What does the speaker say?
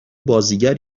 بازیگر